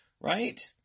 right